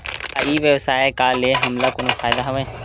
का ई व्यवसाय का ले हमला कोनो फ़ायदा हवय?